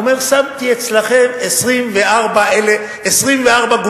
אומר: שמתי אצלכם 24 גומיות,